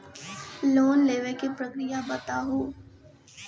Loan लेवे के प्रक्रिया बताहू?